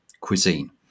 cuisine